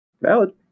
Valid